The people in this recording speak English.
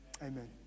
Amen